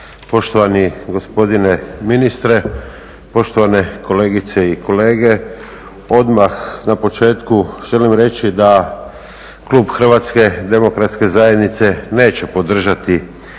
poštovani gospodine ministre, poštovane kolegice i kolege. Odmah na početku želim reći da klub HDZ-a neće podržati